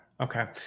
Okay